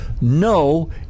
No